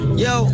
yo